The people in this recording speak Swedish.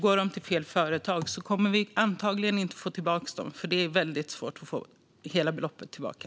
Går de till fel företag kommer vi antagligen inte att få tillbaka dem, för det är väldigt svårt att få hela beloppet tillbaka.